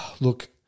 look